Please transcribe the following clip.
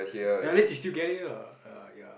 ya at least you still get it ah ya